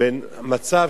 בין מצב,